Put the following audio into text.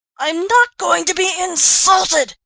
i'm not going to be insulted,